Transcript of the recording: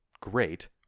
great